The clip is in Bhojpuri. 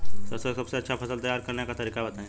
सरसों का सबसे अच्छा फसल तैयार करने का तरीका बताई